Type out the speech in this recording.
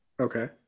okay